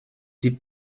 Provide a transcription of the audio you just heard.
die